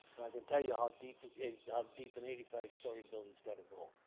and i can tell you how deep how deep an eighty five story building's gotta go.